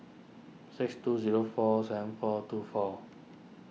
six two zero four seven four two four